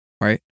right